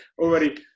already